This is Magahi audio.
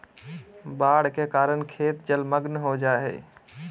बाढ़ के कारण खेत जलमग्न हो जा हइ